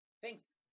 thanks